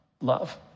love